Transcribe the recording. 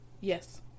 yes